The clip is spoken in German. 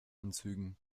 anzügen